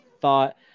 thought